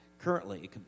currently